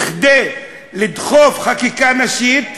כדי לדחוף חקיקה נשית,